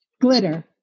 Glitter